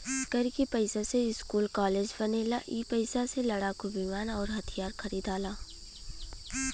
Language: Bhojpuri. कर के पइसा से स्कूल कालेज बनेला ई पइसा से लड़ाकू विमान अउर हथिआर खरिदाला